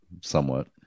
Somewhat